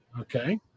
Okay